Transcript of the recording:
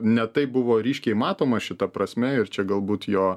ne taip buvo ryškiai matoma šita prasme ir čia galbūt jo